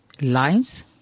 lines